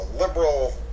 liberal